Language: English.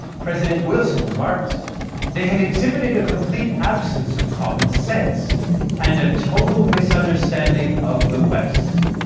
president wilson remarked they had exhibited a complete absence of common sense and a total misunderstanding of the west.